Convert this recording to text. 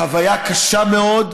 חוויה קשה מאוד,